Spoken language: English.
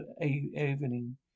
Evening